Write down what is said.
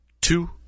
Two